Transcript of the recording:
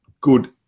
good